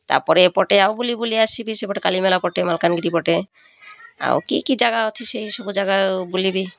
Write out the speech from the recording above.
ତାପରେ ଏପଟେ ଆଉ ବୁଲି ବୁଲି ଆସିବି ସେପଟେ କାଲିମେଲା ପଟେ ମାଲକାନଗିରି ପଟେ ଆଉ କି କି ଜାଗା ଅଛି ସେଇ ସବୁ ଜାଗା ବୁଲିବି